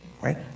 Right